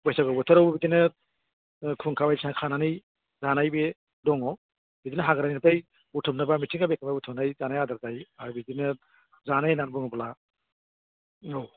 बैसागु बोथोराव बिदिनो खुंखाबायसा खानानै जानाय बे दङ बेखौनो हाग्रानिफ्राय बुथुमनो बा मिथिंगा बिखायाव बुथुमना जानाय आदब लायो आरो बिदिनो जानाय होनना बुङोब्ला औ